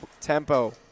tempo